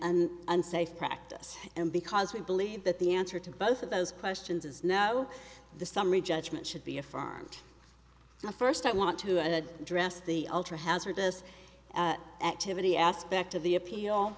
and unsafe practice and because we believe that the answer to both of those questions is no the summary judgment should be affirmed first i want to address the ultra hazardous activity aspect of the appeal